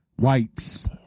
whites